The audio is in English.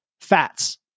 Fats